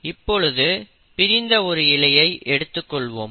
இப்பொழுது பிரிந்த ஒரு இழையை எடுத்துக் கொள்வோம்